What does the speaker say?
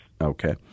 okay